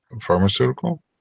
pharmaceutical